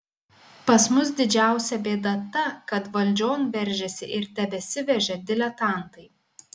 pas mus didžiausia bėda ta kad valdžion veržėsi ir tebesiveržia diletantai